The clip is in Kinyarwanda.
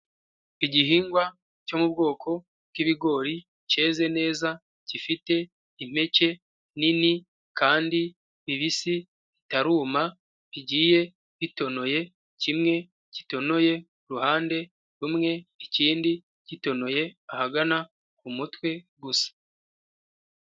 Igihingwa cyo mu bwoko bw'ibigori keze neza gifite impeke nini kandi bibisi bitaruma bigiye bitonoye kimwe gitonoye uruhande rumwe, ikindi gitonoye ahagana ku mutwe gusa.